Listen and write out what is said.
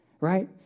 Right